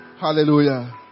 Hallelujah